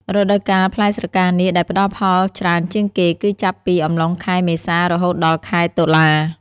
រដូវកាលផ្លែស្រកានាគដែលផ្តល់ផលច្រើនជាងគេគឺចាប់ពីអំឡុងខែ មេសា រហូតដល់ ខែតុលា។